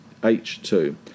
H2